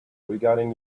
regarding